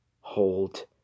hold